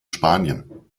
spanien